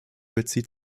bezieht